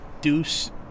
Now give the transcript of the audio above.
deuce